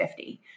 50